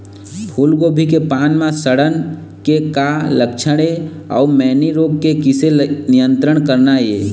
फूलगोभी के पान म सड़न के का लक्षण ये अऊ मैनी रोग के किसे नियंत्रण करना ये?